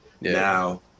Now